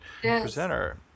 presenter